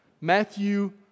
Matthew